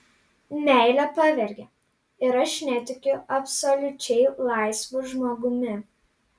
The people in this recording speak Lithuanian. meilė pavergia ir aš netikiu absoliučiai laisvu žmogumi